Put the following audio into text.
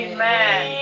Amen